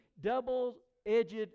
double-edged